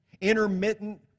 intermittent